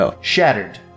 shattered